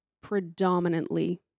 predominantly